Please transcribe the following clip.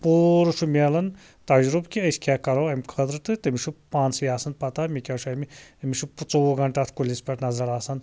پورٕ چھُ میلان تجرُبہٕ کہِ أسۍ کیٛاہ کَرو اَمہِ خٲطرٕ تہٕ تٔمِس چھُ پانسٕے آسان پَتہ مےٚ کیٛاہ چھُ اَمہٕ أمِس چھِ ژوٚوُہ گھٲنٹہٕ اَتھ کُلِس پٮ۪ٹھ نَظر آسان